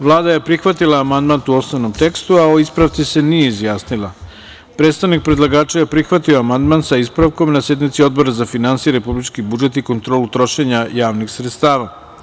Vlada je prihvatila amandman u osnovnom tekstu, a o ispravci se nije izjasnila Predstavnik predlagača je prihvatio amandman sa ispravkom na sednici Odbora za finansije, republički budžet i kontrolu trošenja javnih sredstava.